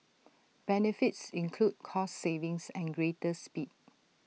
benefits include cost savings and greater speed